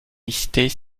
listés